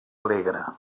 alegre